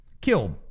Killed